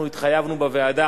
אנחנו התחייבנו בוועדה